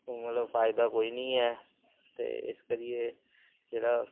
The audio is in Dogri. ते मतलब फायदा कोई निं ऐ ते इस करिये जेह्ड़ा